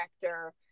director